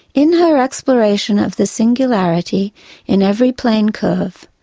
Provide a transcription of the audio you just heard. in her exploration of the singularity in every plane curve,